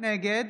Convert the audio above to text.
נגד